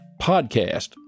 podcast